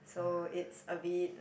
so it's a bit